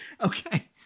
okay